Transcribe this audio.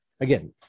again